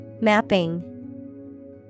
Mapping